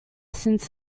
since